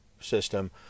system